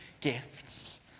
gifts